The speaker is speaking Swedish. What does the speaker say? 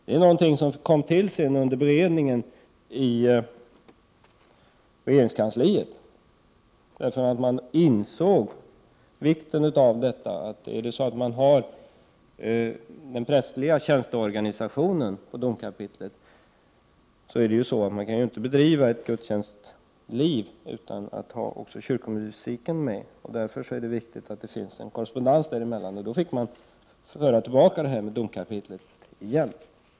Det är någonting som kom till senare under beredning i regeringskansliet, därför att man insåg vikten av detta. Den prästerliga tjänsteorganisationen sorterar ju under domkapitlet. Man kan inte bedriva ett gudstjänstliv utan att ha kyrkomusik. Det är därför viktigt att det finns en korrespondens mellan dessa båda områden. Man fick därför föra tillbaka detta till domkapitlet igen.